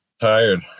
tired